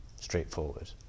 straightforward